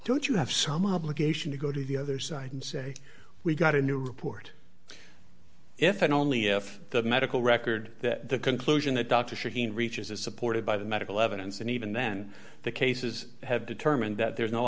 don't you have some obligation to go to the other side and say we got a new report if and only if the medical record that the conclusion that dr shaheen reaches is supported by the medical evidence and even then the cases have determined that there is no